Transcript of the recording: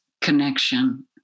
connection